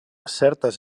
certes